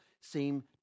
seem